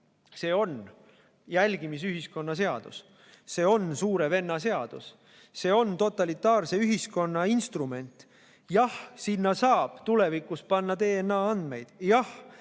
See on jälgimisühiskonna seadus, see on suure venna seadus, see on totalitaarse ühiskonna instrument. Jah, sinna saab tulevikus panna DNA‑andmeid. Jah,